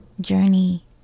journey